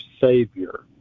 Savior